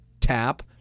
tap